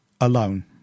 alone